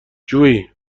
جویی